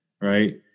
right